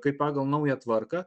kai pagal naują tvarką